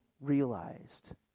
realized